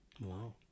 Wow